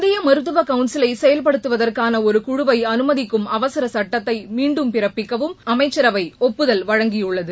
இந்திய மருத்துவக் கவுன்சிலை செயல்படுத்துவதற்கான ஒரு குழுவை அனுமதிக்கும் அவசரச் சட்டத்தை மீண்டும் பிறப்பிக்கவும் அமைச்சரவை ஒப்புதல் வழங்கியுள்ளது